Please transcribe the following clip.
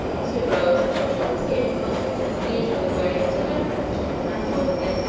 so he rose and put forth his hand in most leisurely way and took out a kerchief and unfolded it,